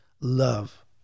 love